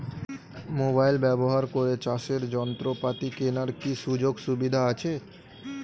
Mobile ব্যবহার করে চাষের যন্ত্রপাতি কেনার কি সুযোগ সুবিধা আছে?